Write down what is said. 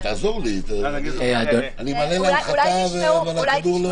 אז תעזור לי, אני מעלה להנחתה אבל הכדור לא עולה.